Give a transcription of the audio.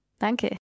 Danke